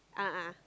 a'ah a'ah